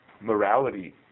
morality